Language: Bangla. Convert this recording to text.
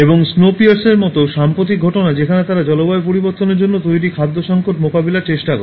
এবং স্নো পিয়ার্সারের মতো সাম্প্রতিক ঘটনা যেখানে তারা জলবায়ু পরিবর্তনের জন্য তৈরি খাদ্য সংকট মোকাবিলার চেষ্টা করে